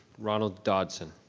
ronald dotson.